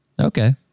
Okay